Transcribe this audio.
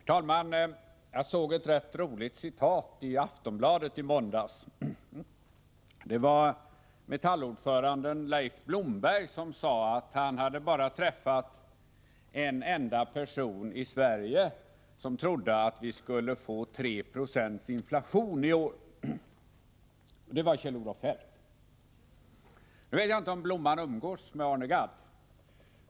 Herr talman! Jag läste ett rätt roligt uttalande i Aftonbladet i måndags. Det var Metall-ordföranden Leif Blomberg som sade att han hade bara träffat en enda person i Sverige som trodde att vi skulle få 3 22 inflation i år — och det var Kjell-Olof Feldt. Nu vet jag inte om Blomman umgås med Arne Gadd.